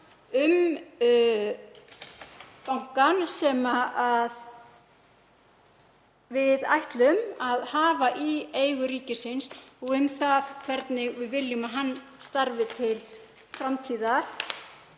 um bankann sem við ætlum að hafa í eigu ríkisins og um það hvernig við viljum að hann starfi til framtíðar.